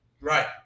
Right